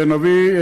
ונביא,